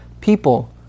people